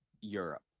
Europe